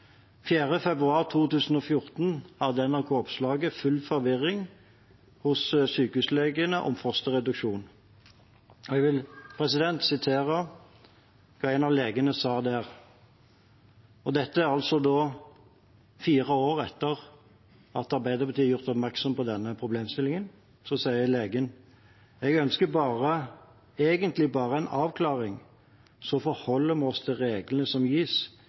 4. februar 2014 hadde NRK et oppslag om full forvirring hos sykehuslegene om fosterreduksjon. Jeg vil sitere hva en av legene sa der – og dette er altså fire år etter at Arbeiderpartiet ble gjort oppmerksom på denne problemstillingen: «Jeg ønsker egentlig bare en avklaring, så forholder vi oss til reglene som gis.»